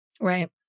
Right